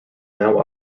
now